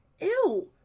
Ew